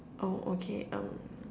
oh okay um